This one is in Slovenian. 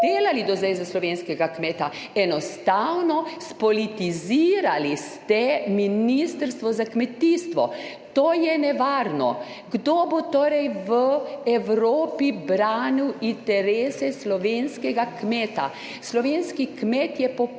delali do zdaj za slovenskega kmeta. Enostavno ste spolitizirali Ministrstvo za kmetijstvo. To je nevarno. Kdo bo torej v Evropi branil interese slovenskega kmeta? Slovenski kmet je popolnoma